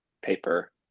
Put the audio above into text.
paper